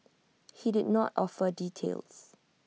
he did not offer details